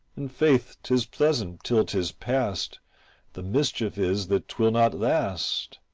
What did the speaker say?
and faith, tis pleasant till tis past the mischief is that twill not last.